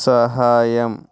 సహాయం